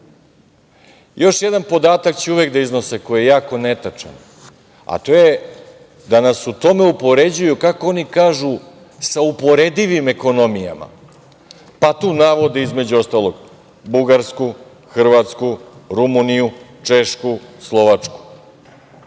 jedan podatak će uvek da iznose, koji je jako netačan, a to je da nas u tome upoređuju, kako oni kažu, sa uporedivim ekonomijama, pa tu navode, između ostalog, Bugarsku, Hrvatsku, Rumuniju, Češku, Slovačku.